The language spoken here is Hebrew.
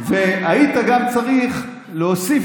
היית גם צריך להוסיף